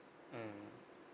mmhmm